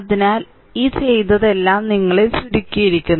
അതിനാൽ ഇത് ചെയ്തതെല്ലാം നിങ്ങളെ ചുരുക്കിയിരിക്കുന്നു